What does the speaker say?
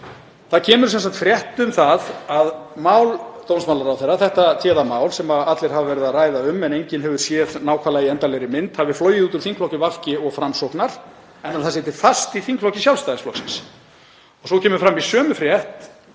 Það kemur sem sagt frétt um það að mál dómsmálaráðherra, þetta téða mál sem allir hafa verið að ræða um en enginn hefur séð nákvæmlega í endanlegri mynd, hafi flogið út úr þingflokki VG og Framsóknar, en að það sitji fast í þingflokki Sjálfstæðisflokksins. Svo kemur fram í sömu frétt